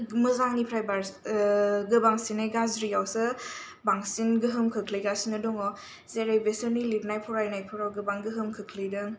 मोजांनिफ्राय बांसिनै गोबांसिनै गाज्रियावसो बांसिन गोहोम खोख्लैगासिनो दङ जेरै बिसोरनि लिरनाय फरायनायफोराव गोबां गोहोम खोख्लैदों